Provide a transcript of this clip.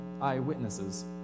eyewitnesses